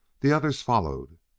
the others followed.